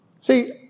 See